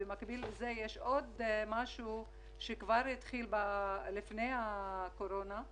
במקביל יש עוד משהו שכבר התחיל לפני הקורונה,